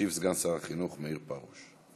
ישיב סגן שר החינוך מאיר פרוש.